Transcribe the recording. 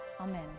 Amen